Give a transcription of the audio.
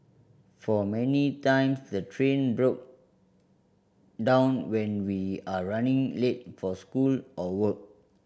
for many times the train broke down when we are running late for school or work